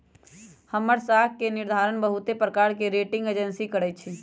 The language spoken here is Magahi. हमर साख के निर्धारण बहुते प्रकार के रेटिंग एजेंसी करइ छै